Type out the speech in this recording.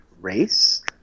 race